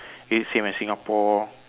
is it same as Singapore